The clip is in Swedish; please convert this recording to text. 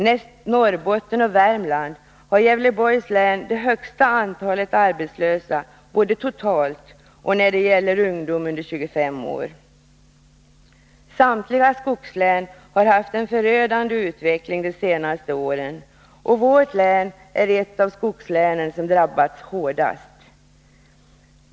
Näst Norrbotten och Värmland har Gävleborgs län det högsta antalet arbetslösa både totalt och när det gäller ungdom under 25 år. Samtliga skogslän har haft en förödande utveckling de senaste åren, och Gävleborgs län är ett av de skogslän som drabbats hårdast.